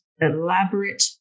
elaborate